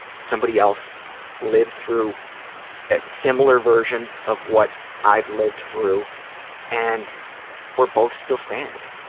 somebody else lived through a similar version of what i've lived through and we're both still standing.